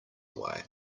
away